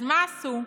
אז מה עשו?